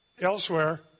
elsewhere